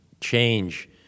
change